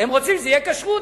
רוצים שתהיה כשרות,